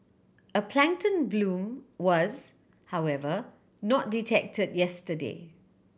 a plankton bloom was however not detected yesterday